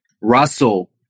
Russell